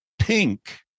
pink